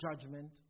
judgment